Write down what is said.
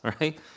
Right